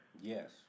Yes